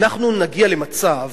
אנחנו נגיע למצב